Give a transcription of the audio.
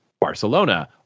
barcelona